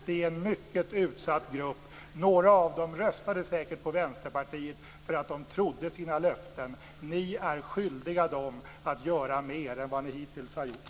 Det är en mycket utsatt grupp. Några av dem röstade säkert på Vänsterpartiet för att de trodde på era löften. Ni är skyldiga dem att göra mer än ni hittills har gjort.